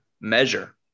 measure